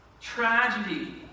Tragedy